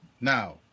Now